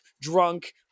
drunk